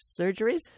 surgeries